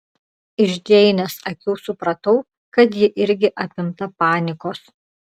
iš džeinės akių supratau kad ji irgi apimta panikos